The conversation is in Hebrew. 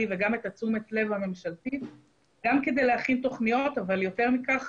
וגם את תשומת הלב הממשלתית גם כדי להכין תוכניות אבל יותר מכך,